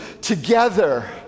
together